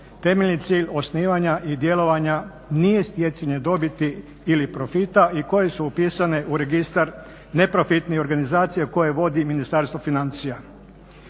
temeljni cilj osnivanja i djelovanja nije stjecanje dobiti ili profita i koje su upisane u Registar neprofitnih organizacija koje vodi Ministarstvo financija.